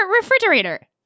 refrigerator